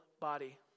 body